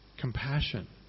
compassion